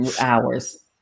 Hours